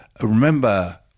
remember